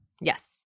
Yes